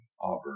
Auburn